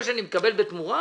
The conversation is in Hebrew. אז זה מה שאני מקבל בתמורה?